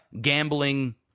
gambling